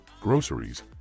groceries